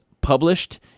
published